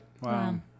Wow